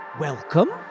welcome